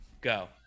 Go